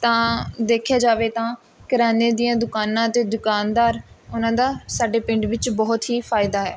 ਤਾਂ ਦੇਖਿਆ ਜਾਵੇ ਤਾਂ ਕਰਿਆਨੇ ਦੀਆਂ ਦੁਕਾਨਾਂ ਅਤੇ ਦੁਕਾਨਦਾਰ ਉਹਨਾਂ ਦਾ ਸਾਡੇ ਪਿੰਡ ਵਿੱਚ ਬਹੁਤ ਹੀ ਫਾਇਦਾ ਹੈ